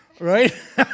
Right